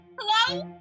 Hello